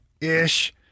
ish